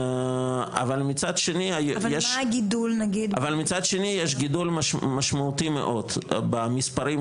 אבל מצד שני יש גידול משמעותי מאוד במספרים,